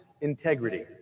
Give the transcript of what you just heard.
integrity